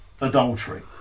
adultery